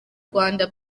rwanda